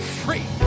free